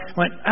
went